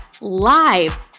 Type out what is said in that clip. live